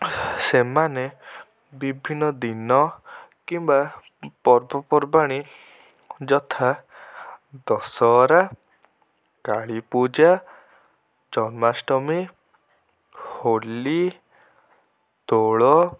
ସେମାନେ ବିଭିନ୍ନ ଦିନ କିମ୍ବା ପର୍ବପର୍ବାଣୀ ଯଥା ଦଶହରା କାଳୀପୂଜା ଜନ୍ମାଷ୍ଟମୀ ହୋଲି ଦୋଳ